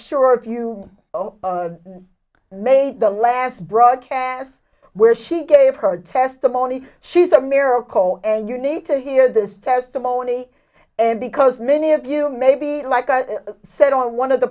sure if you oh mate the last broadcast where she gave her testimony she's a miracle and you need to hear this testimony and because many of you maybe like i said on one of the